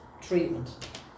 treatment